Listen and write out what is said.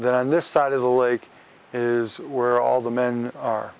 then this side of the lake is where all the men are